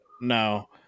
No